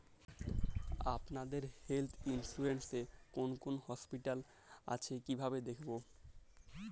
আপনাদের health insurance এ কোন কোন হসপিটাল আছে কিভাবে দেখবো?